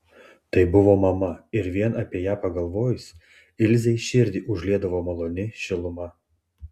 tai buvo mama ir vien apie ją pagalvojus ilzei širdį užliedavo maloni šiluma